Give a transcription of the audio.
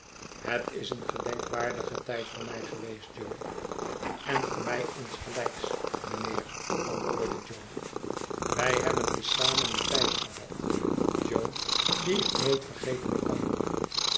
het is een gedenkwaardige tijd voor mij geweest jo en voor mij insgelijks mijnheer antwoordde jo wij hebben te zamen een tijd gehad jo dien ik nooit vergeten kan